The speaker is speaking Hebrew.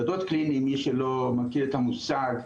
שדות קליניים מי שלא מכיר את המושג,